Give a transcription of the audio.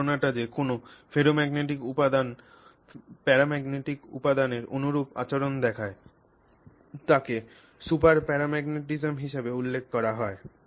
এই ধারণাটি যে কোনও ফেরোম্যাগনেটিক উপাদান প্যারাম্যাগনেটিক উপাদানের অনুরূপ আচরণ দেখায় তাকে সুপার প্যারাম্যাগনেটিজম হিসাবে উল্লেখ করা হয়